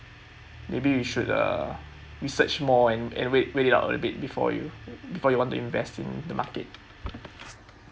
maybe you should uh research more and and wait wait it out a bit before you before you want to invest in the market